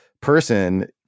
person